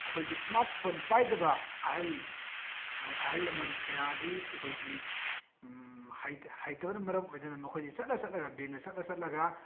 ꯑꯩꯈꯣꯏꯒꯤ smart phone ꯄꯥꯏꯗꯕ ꯑꯍꯟ ꯑꯍꯜ ꯂꯃꯟ ꯀꯌꯥꯗꯤ ꯑꯩꯈꯣꯏꯒꯤ ꯍꯩꯇꯕꯅ ꯃꯔꯝ ꯑꯣꯏꯗꯨꯅ ꯃꯈꯣꯏꯗꯤ ꯆꯠꯂ ꯆꯠꯂꯒ ꯕꯦꯡꯗ ꯆꯠꯂ ꯆꯠꯂꯒ